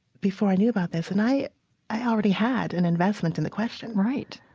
before i knew about this. and i i already had an investment in the question right.